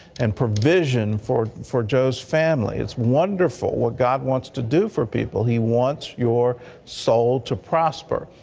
and provision for for joe's family. it's wonderful what god wants to do for people. he wants your soul to prosper.